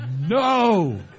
no